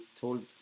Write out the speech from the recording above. told